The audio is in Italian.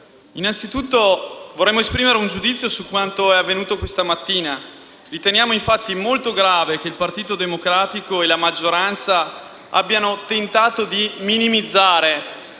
Innanzitutto, vorremmo esprimere un giudizio su quanto avvenuto questa mattina, perché riteniamo molto grave che il Partito Democratico e la maggioranza abbiano tentato di minimizzare